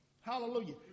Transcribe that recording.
Hallelujah